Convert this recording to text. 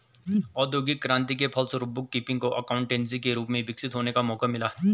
औद्योगिक क्रांति के फलस्वरूप बुक कीपिंग को एकाउंटेंसी के रूप में विकसित होने का मौका मिला